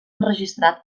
enregistrat